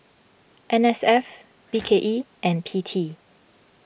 N S F B K E and P T